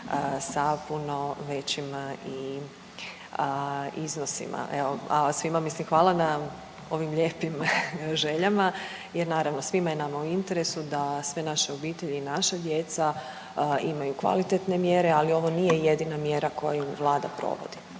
sa puno većim i iznosima evo, a svim mislim hvala na ovim lijepim željama jer naravno svima je nama u interesu da sve naše obitelji i naša djeca imaju kvalitetne mjere, ali ovo nije jedina mjera koju Vlada provodi.